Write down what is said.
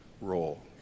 role